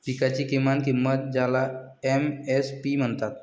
पिकांची किमान किंमत ज्याला एम.एस.पी म्हणतात